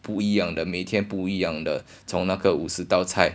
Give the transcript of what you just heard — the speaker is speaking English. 不一样的每天不一样的从那个五十道菜